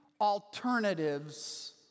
alternatives